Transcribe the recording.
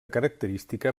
característica